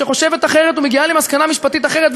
שחושבת אחרת ומגיעה למסקנה משפטית אחרת,